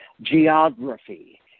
geography